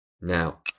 now